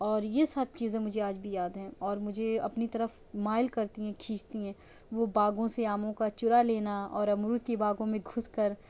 اور یہ سب چیزیں مجھے آج بھی یاد ہیں اور مجھے اپنی طرف مائل کرتی ہیں کھینچتی ہیں وہ باغوں سے آموں کا چُرا لینا اور امرود کی باغوں میں گھس کر